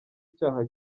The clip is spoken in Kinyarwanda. icyaha